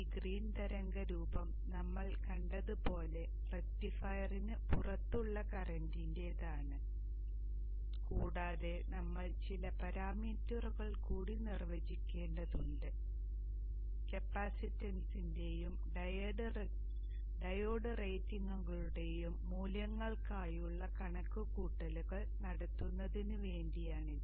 ഈ ഗ്രീൻ തരംഗ രൂപം നമ്മൾ കണ്ടതുപോലെ റക്റ്റിഫയറിന് പുറത്തുള്ള കറന്റിന്റേതാണ് കൂടാതെ നമ്മൾ ചില പാരാമീറ്ററുകൾ കൂടി നിർവചിക്കേണ്ടതുണ്ട് കപ്പാസിറ്റൻസിന്റെയും ഡയോഡ് റേറ്റിംഗുകളുടെയും മൂല്യങ്ങൾക്കായുള്ള കണക്കുകൂട്ടലുകൾ നടത്തുന്നതിന് വേണ്ടിയാണിത്